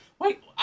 Wait